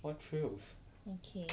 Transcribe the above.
what thrills